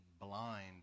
blind